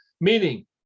meaning